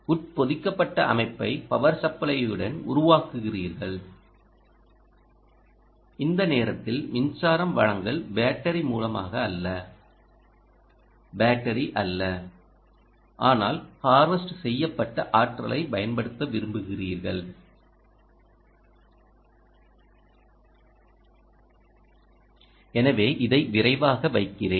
உட்பொதிக்கப்பட்ட அமைப்பை பவர் சப்ளையுடன் உருவாக்குகிறீர்கள் இந்த நேரத்தில் மின்சாரம் வழங்கல் பேட்டரி மூலமாக அல்ல பேட்டரி அல்ல ஆனால் ஹார்வெஸ்ட் செய்யப்பட்ட ஆற்றலைப் பயன்படுத்த விரும்புகிறீர்கள் எனவே இதை விரைவாக வைக்கிறேன்